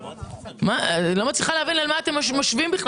אני לא מצליחה להבין למה אתם משווים.